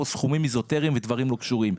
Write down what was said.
סכומים איזוטריים ודברים לא קשורים.